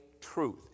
truth